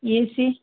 AC